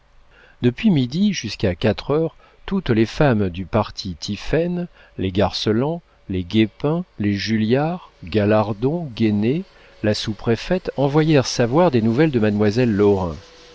depuis midi jusqu'à quatre heures toutes les femmes du parti tiphaine les garceland les guépin les julliard galardon guénée la sous-préfète envoyèrent savoir des nouvelles de mademoiselle lorrain